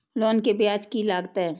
Loan के ब्याज की लागते?